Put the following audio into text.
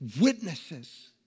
witnesses